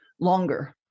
longer